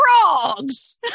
frogs